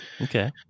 Okay